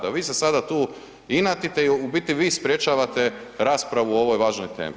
A vi se sada tu inatite i u biti vi sprečavate raspravu o ovoj važnoj temi.